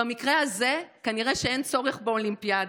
במקרה הזה כנראה שאין צורך באולימפיאדה,